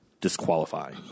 disqualify